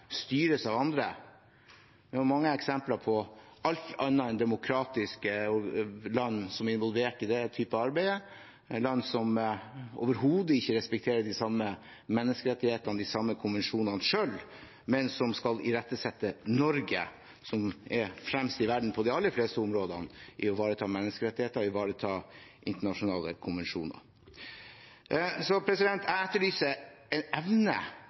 styres av andre. Det er mange eksempler på alt annet enn demokratiske land som er involvert i den type arbeid, land som overhodet ikke respekterer de samme menneskerettighetene og de samme konvensjonene selv, men som skal irettesette Norge, som er fremst i verden på de aller fleste områdene i å ivareta menneskerettigheter og internasjonale konvensjoner. Jeg etterlyser en evne